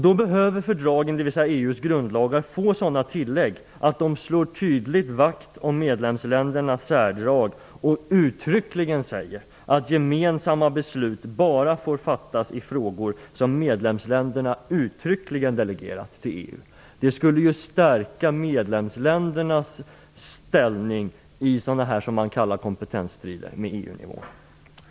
Då behöver fördragen, dvs. EU:s grundlagar, få sådana tillägg att de tydligt slår vakt om medlemsländernas särdrag och uttryckligen säger att gemensamma beslut bara får fattas i frågor som medlemsländerna uttryckligen delegerar till EU. Det skulle stärka medlemsländernas ställning i sådana här s.k. kompetensstrider på EU-nivå.